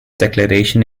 declaration